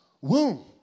womb